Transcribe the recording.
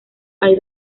hay